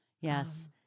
Yes